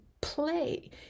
play